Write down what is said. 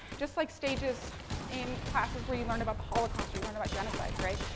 just like stages in classes where you learn about the holocaust or you learn about genocides, right.